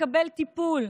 לקבל טיפול,